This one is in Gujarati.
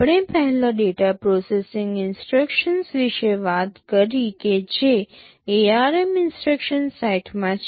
આપણે પહેલા ડેટા પ્રોસેસિંગ ઇન્સટ્રક્શન્સ વિશે વાત કરી કે જે ARM ઇન્સટ્રક્શન સેટમાં છે